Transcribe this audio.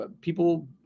people